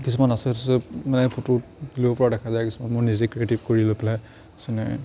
কিছুমান আছে যিটো মানে ফটো তুলিব পৰা দেখা যায় কিছুমান মোৰ নিজে ক্ৰিয়েটিভ কৰি লৈ পেলাই মানে